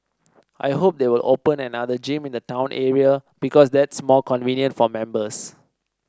I hope they will open another gym in the town area because that's more convenient for members